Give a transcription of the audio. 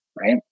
right